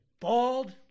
Bald